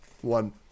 one